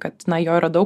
kad jo yra daug